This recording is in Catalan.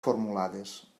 formulades